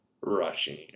rushing